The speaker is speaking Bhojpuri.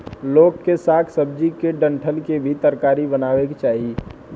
लोग के साग सब्जी के डंठल के भी तरकारी बनावे के चाही